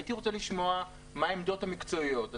הייתי רוצה לשמוע מה העמדות המקצועיות.